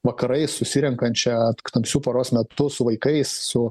vakarais susirenkančią tamsiu paros metu su vaikais su